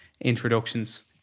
introductions